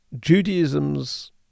Judaism's